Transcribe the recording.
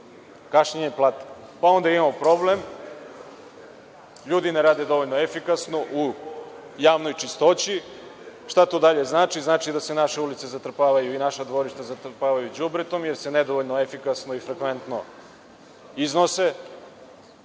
kašnjenje plata. Pa, onda imamo problem da ljudi ne rade dovoljno efikasno u javnoj čistoći. Šta to dalje znači? Znači da se naše ulice i naša dvorišta zatrpavaju đubretom, jer se nedovoljno efikasno i frekventno iznose.